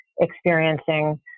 experiencing